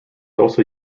also